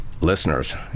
listeners